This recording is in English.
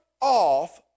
off